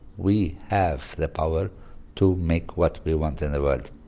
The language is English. we have the power to make what we want in the world.